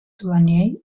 douanier